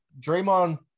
Draymond